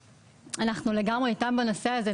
אנחנו לגמרי איתם בנושא הזה.